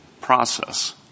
process